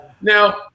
Now